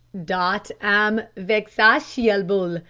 dat am vexatiable,